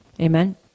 Amen